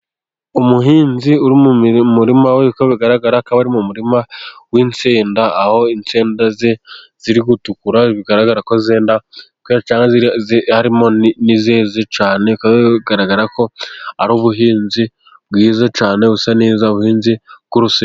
Umuhinzi mu murima we uko bigaragara, akaba ari mu murima w'insenda aho insenda ze ziri gutukura bigaragara ko zenda harimo n'izeze cyane bigaragara ko ari ubuhinzi bwiza cyane busa neza, ubuhinzi bw'urusenda.